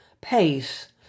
pace